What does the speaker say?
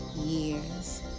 years